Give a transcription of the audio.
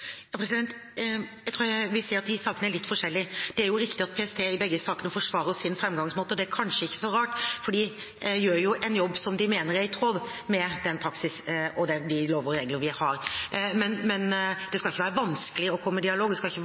De sakene er litt forskjellige, vil jeg si. Det er riktig at PST i begge sakene forsvarer sin framgangsmåte. Det er kanskje ikke så rart, for de gjør jo en jobb som de mener er i tråd med den praksis og de lover og regler vi har. Men det skal ikke være vanskelig å komme i dialog